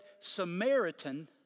Samaritan